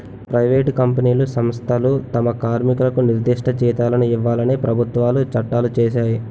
private కంపెనీలు సంస్థలు తమ కార్మికులకు నిర్దిష్ట జీతాలను ఇవ్వాలని ప్రభుత్వాలు చట్టాలు చేశాయి